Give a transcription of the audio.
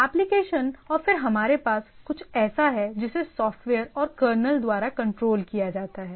application और फिर हमारे पास कुछ ऐसा है जिसे सॉफ्टवेयर और कर्नेल द्वारा कंट्रोल किया जाता है